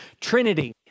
Trinity